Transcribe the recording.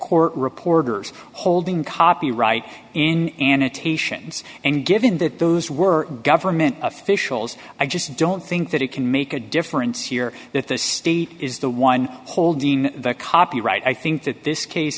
court reporters holding copyright in annotations and given that those were government officials i just don't think that it can make a difference here that the state is the one holding the copyright i think that this case